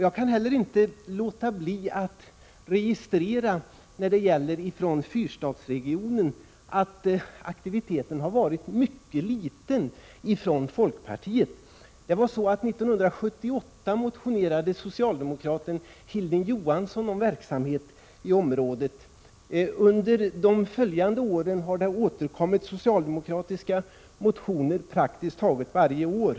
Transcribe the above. Jag kan inte låta bli att registrera att folkpartiets aktivitet har varit mycket liten vad gäller ”fyrstadsområdet”. År 1978 motionerade socialdemokraten Hilding Johansson om verksamhet inom området. Under de följande åren har socialdemokratiska motioner väckts praktiskt taget varje år.